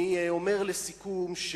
אני אומר לסיכום,